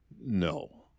No